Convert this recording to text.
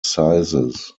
sizes